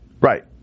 right